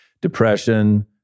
depression